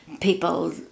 people